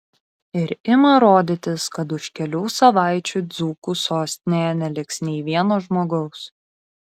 ir ima rodytis kad už kelių savaičių dzūkų sostinėje neliks nei vieno žmogaus